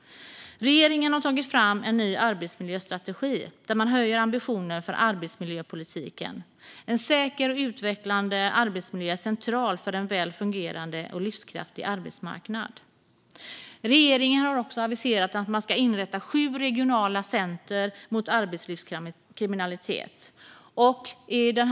Regeringen har tagit fram en ny arbetsmiljöstrategi, där man höjer ambitionen för arbetsmiljöpolitiken. En säker och utvecklande arbetsmiljö är central för en väl fungerande och livskraftig arbetsmarknad. Regeringen har också aviserat att man ska inrätta sju regionala center mot arbetslivskriminalitet.